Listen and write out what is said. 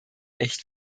echt